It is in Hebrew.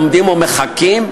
עומדים ומחכים?